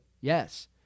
Yes